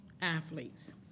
athletes